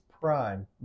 prime